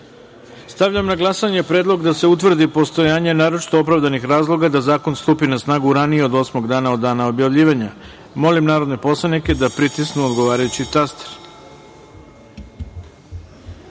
načelu. Stavljam na glasanje predlog da se utvrdi postojanje naročito opravdanih razloga da zakon stupi na snagu ranije od osmog dana od dana objavljivanja. Molim narodne poslanike da pritisnu odgovarajući